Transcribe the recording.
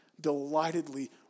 delightedly